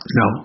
no